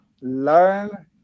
learn